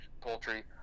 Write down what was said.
poultry